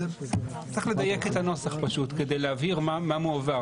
צריך לדייק את הנוסח פשוט כדי להבהיר מה מועבר.